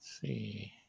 see